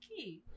okay